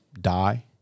die